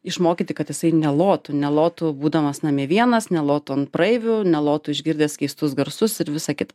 išmokyti kad jisai nelotų nelotų būdamas namie vienas nelotų ant praeivių nelotų išgirdęs keistus garsus ir visa kita